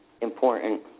important